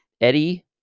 Eddie